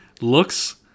looks